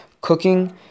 cooking